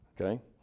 Okay